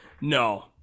No